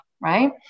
right